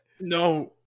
No